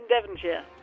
Devonshire